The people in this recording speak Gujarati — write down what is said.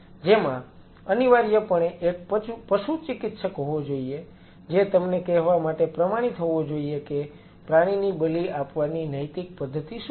જેમાં અનિવાર્યપણે એક પશુચિકિત્સક હોવો જોઈએ જે તમને કહેવા માટે પ્રમાણિત હોવો જોઈએ કે પ્રાણીની બલિ આપવાની નૈતિક પદ્ધતિ શું છે